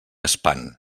espant